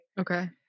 okay